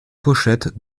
pochette